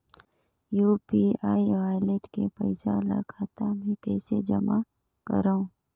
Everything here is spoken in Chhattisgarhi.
यू.पी.आई वालेट के पईसा ल खाता मे कइसे जमा करव?